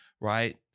right